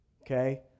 Okay